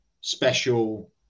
special